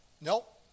Nope